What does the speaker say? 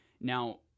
Now